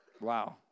Wow